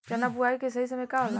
चना बुआई के सही समय का होला?